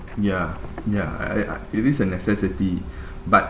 ya ya I I uh it is a necessity but